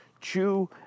Chew